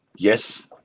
Yes